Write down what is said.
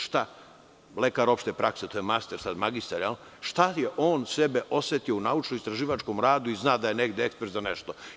Šta lekar opšte prakse, koji je master, magistar, šta je on sebe osetio u naučno istraživačkom radu i zna da je negde ekspert za nešto?